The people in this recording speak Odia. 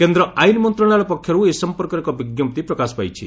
କେନ୍ଦ୍ର ଆଇନ ମନ୍ତ୍ରଣାଳୟ ପକ୍ଷରୁ ଏ ସମ୍ପର୍କରେ ଏକ ବିଜ୍ଞପ୍ତି ପ୍ରକାଶ ପାଇଛି